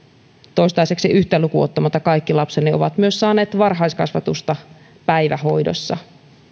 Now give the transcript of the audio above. toistaiseksi yhtä lukuun ottamatta kaikki lapseni ovat saaneet myös varhaiskasvatusta päivähoidossa